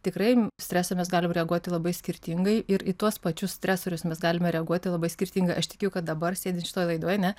tikrai stresą mes galim reaguoti labai skirtingai ir į tuos pačius stresorius mes galime reaguoti labai skirtingai aš tikiu kad dabar sėdint šitoj laidoj ar ne